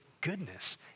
goodness